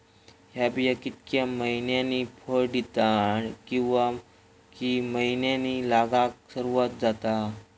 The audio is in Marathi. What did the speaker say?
हया बिया कितक्या मैन्यानी फळ दिता कीवा की मैन्यानी लागाक सर्वात जाता?